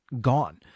gone